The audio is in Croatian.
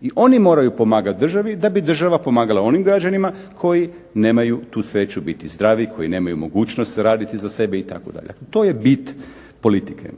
i oni moraju pomagati državi, da bi država pomagala onim građanima koji nemaju tu sreću biti zdravi, koji nemaju mogućnost raditi za sebe itd. To je bit politike.